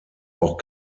auch